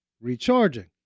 recharging